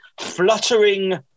fluttering